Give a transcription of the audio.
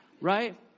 right